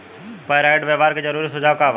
Pyrite व्यवहार के जरूरी सुझाव का वा?